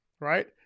right